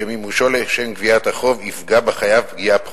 שמימושו לשם גביית החוב יפגע בחייב פגיעה פחותה.